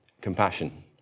compassion